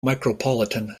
micropolitan